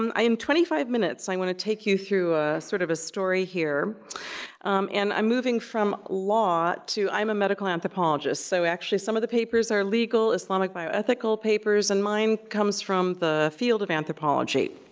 um i am twenty five minutes. i'm gonna take you through a sort of a story here and i'm moving from law to, i'm a medical anthropologist, so we actually, some of the papers are legal islamic bioethical papers and mine comes from the field of anthropology.